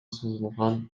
созулган